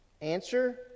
Answer